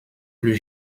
plus